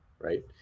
right